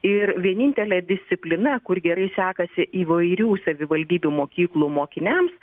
ir vienintelė disciplina kur gerai sekasi įvairių savivaldybių mokyklų mokiniams